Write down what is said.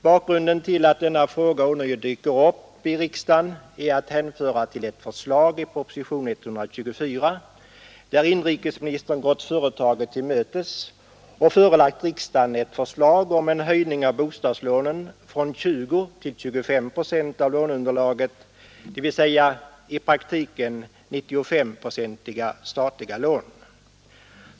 Bakgrunden till att denna fråga ånyo kommer upp i riksdagen är ett förslag i proposition 124 där inrikesministern går företaget till mötes och förelägger riksdagen ett förslag om en höjning av bostadslånen från 20 till 25 procent av låneunderlaget, dvs. i praktiken 95-procentiga statliga lån.